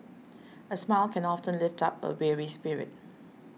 a smile can often lift up a weary spirit